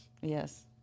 Yes